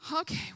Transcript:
Okay